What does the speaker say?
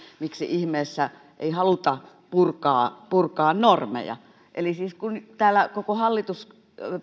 miksi ihmeessä ei haluta purkaa purkaa normeja eli siis kun koko hallitus